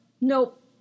nope